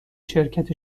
شرکت